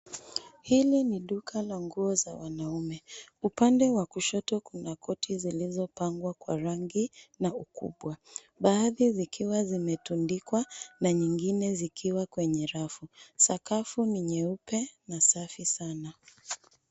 Hili ni duka la nguo za wanaume. Upande wa kushoto kuna koti zilizopangwa kwa rangi na ukubwa, baadhi zikiwa zimetundikwa na nyingine zikiwa kwenye rafu. Sakafu ni nyeupe na safi sana.